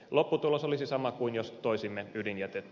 lopputulos olisi sama kuin jos toisimme ydinjätettä